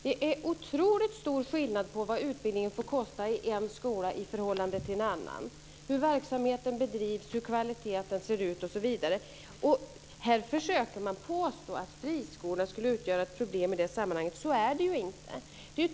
Det är otroligt stor skillnad på vad utbildningen får kosta i en skola i förhållande till en annan, hur verksamheten bedrivs, hur kvaliteten ser ut osv. Här försöker man påstå att friskolorna utgör ett problem i det sammanhanget. Så är det ju inte.